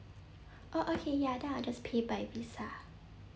oh okay ya then I'll just pay by visa